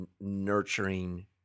nurturing